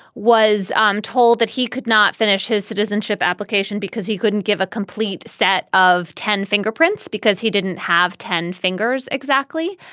was um told that he could not finish his citizenship application because he couldn't give a complete set of ten fingerprints because he didn't have ten fingers. exactly.